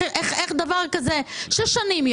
איך דבר כזה ידוע שש שנים?